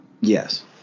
Yes